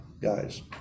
guys